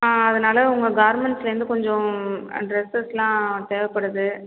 அதனால் உங்கள் கார்மெண்ட்ஸுலேந்து கொஞ்சம் ட்ரெஸ்ஸஸ்லாம் தேவைப்படுது